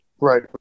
right